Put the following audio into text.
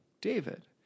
David